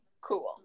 Cool